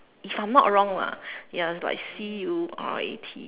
if I'm not wrong lah ya it's like C U R A T